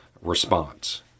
response